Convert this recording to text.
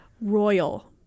royal